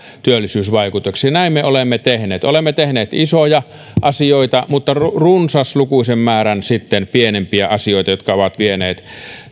työllisyysvaikutuksina näin me olemme tehneet olemme tehneet isoja asioita ja runsaslukuisen määrän pienempiä asioita jotka ovat vieneet